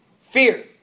Fear